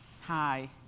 Hi